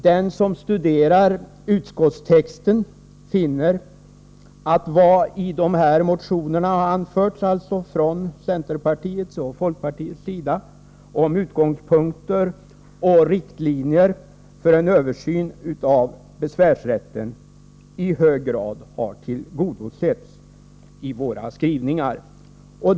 Den som studerar utskottstexten finner att vad som i motioner från centerpartiet och folkpartiet har anförts om utgångspunkter och riktlinjer för en översyn av besvärsrätten i hög grad har tillgodosetts i våra skrivningar.